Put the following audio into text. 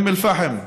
אום אל-פחם,